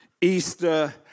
Easter